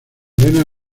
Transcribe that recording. negra